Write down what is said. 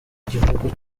gihugu